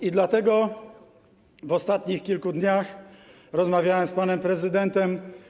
I dlatego w ostatnich kilku dniach rozmawiałem z panem prezydentem.